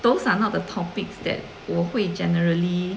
those are not the topics that 我会 generally